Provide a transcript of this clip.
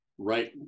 right